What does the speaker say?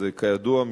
אז כידוע,